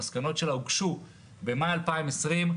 המסקנות שלה הוגשו במאי 2020,